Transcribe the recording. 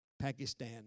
Pakistan